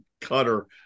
cutter